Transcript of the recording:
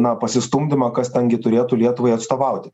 na pasistumdymą kas ten gi turėtų lietuvai atstovauti